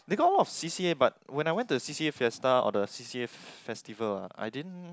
because one of C_C_A but when I went to the C_C_A fiesta or the C_C_A festival I didn't